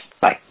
Bye